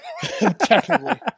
technically